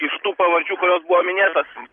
iš tų pavardžių kurios buvo minėtos